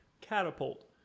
catapult